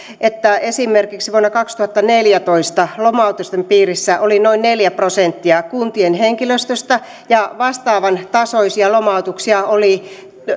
että esimerkiksi vuonna kaksituhattaneljätoista lomautusten piirissä oli noin neljä prosenttia kuntien henkilöstöstä vastaavan tasoisia lomautuksia oli